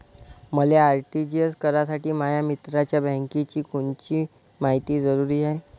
मले आर.टी.जी.एस करासाठी माया मित्राच्या बँकेची कोनची मायती जरुरी हाय?